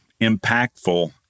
impactful